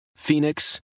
Phoenix